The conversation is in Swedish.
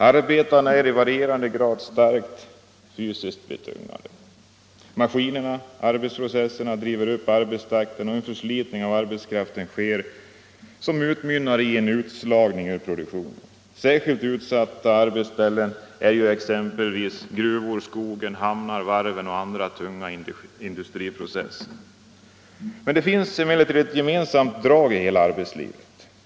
Arbetarna är i varierande grad starkt fysiskt betungade. Maskinerna, arbetsprocesserna driver upp takten och en förslitning av arbetskraften sker, som utmynnar i en utslagning ur produktionen. Särskilt utsatta arbetsställen är exempelvis gruvor, skogen, hamnar, varv och andra tunga industriprocesser. Det finns emellertid ett gemensamt drag i arbetslivet.